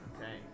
Okay